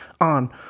on